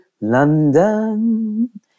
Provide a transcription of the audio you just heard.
London